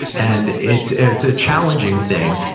and it's it's a challenging thing,